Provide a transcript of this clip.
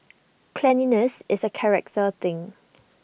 cleanliness is A character thing